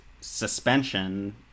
suspension